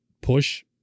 push